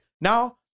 now